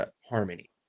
harmony